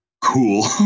Cool